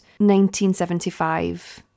1975